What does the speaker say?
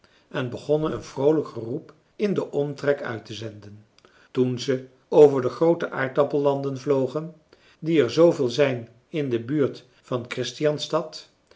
en begonnen een vroolijk geroep in den omtrek uit te zenden toen ze over de groote aardappellanden vlogen die er zooveel zijn in de buurt van